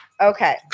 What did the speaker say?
Okay